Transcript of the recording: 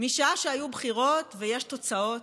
משעה שהיו בחירות ויש תוצאות?